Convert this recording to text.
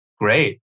Great